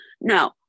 no